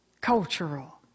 cultural